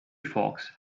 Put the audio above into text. fox